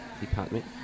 department